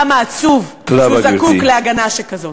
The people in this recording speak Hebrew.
כמה עצוב שהוא זקוק להגנה כזאת.